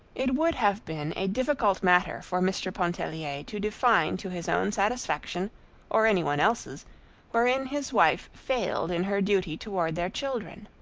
it would have been a difficult matter for mr. pontellier to define to his own satisfaction or any one else's wherein his wife failed in her duty toward their children.